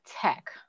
Tech